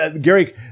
Gary